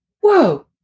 Whoa